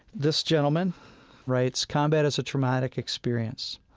this gentleman writes combat is a traumatic experience.